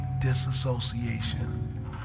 disassociation